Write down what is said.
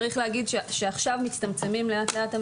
צריך לומר שעכשיו לאט לאט מצטמצמים המלונות.